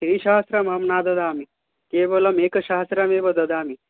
त्रिसहस्रम् अहं न ददामि केवलम् एकसहस्त्रमेव ददामि